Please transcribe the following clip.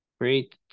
Great